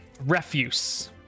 Refuse